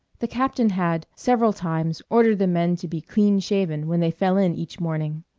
the captain had several times ordered the men to be clean-shaven when they fell in each morning.